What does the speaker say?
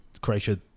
Croatia